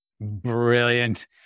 Brilliant